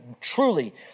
truly